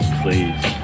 please